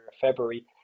February